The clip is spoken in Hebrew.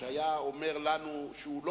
שמרנו על